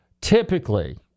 Typically